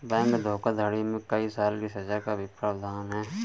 bank धोखाधड़ी में कई साल की सज़ा का भी प्रावधान है